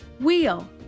Wheel